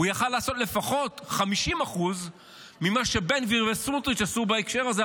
הוא היה יכול לעשות לפחות 50% ממה שבן גביר וסמוטריץ' עשו בהקשר הזה,